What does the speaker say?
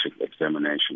examination